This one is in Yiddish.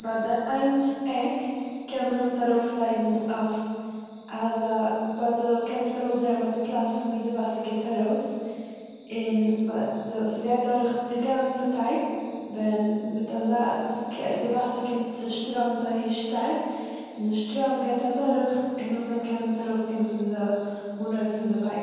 ביי די איין עק קען מען עס ארויפלייגן אויף אזא- ביי די- קען מען עס ארויפדרייען ביי די פלאץ פון וואו די וואסער קומט ארויס און ביי די- ס'גייט דורך די גאנצע פייפ ווען מיט אזא- ס'קע- די וואסערקומט ס'שטראמט זייער שטארק און די שטראם גייט אדורך און נאכדעם קען עס ארויסקומען פון די אנהויב פון די פייפ.